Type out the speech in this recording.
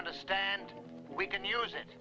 understand we can use